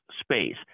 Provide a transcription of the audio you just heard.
space